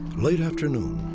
late afternoon,